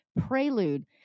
prelude